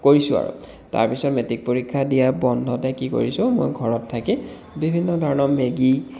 কৰিছোঁ আৰু তাৰ পিছত মেট্ৰিক পৰীক্ষা দিয়া বন্ধতে কি কৰিছোঁ মই ঘৰত থাকি বিভিন্ন ধৰণৰ মেগী